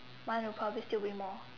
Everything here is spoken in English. my republic still be more